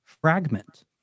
fragment